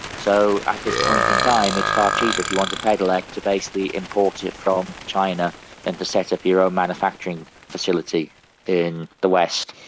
so at this point in time it's far cheaper if you want a pedelec to basically import it from china than to set up your own manufacturing facility in the west.